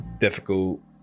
difficult